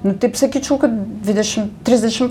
nu taip sakyčiau kad dvidešim trisdešim